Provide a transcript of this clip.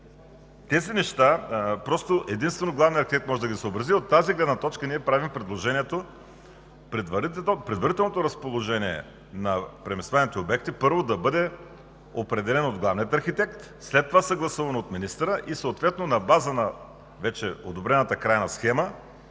Тези неща единствено главният архитект може да ги съобрази. От тази гледна точка ние правим предложението: предварителното разположение на преместваемите обекти, първо, да бъде определено от главния архитект, след това съгласувано от министъра и съответно на база на вече одобрената крайна схема